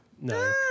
No